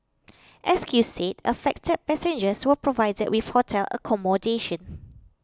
S Q said affected passengers were provided with hotel accommodation